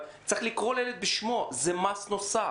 אבל צריך לקרוא לילד בשמו: זה מס נוסף.